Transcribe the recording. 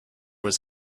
was